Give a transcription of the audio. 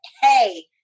hey